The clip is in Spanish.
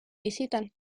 visitan